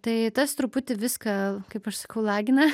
tai tas truputį viską kaip aš sakau lagina